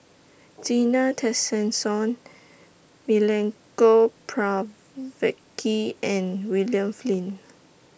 Zena Tessensohn Milenko Prvacki and William Flint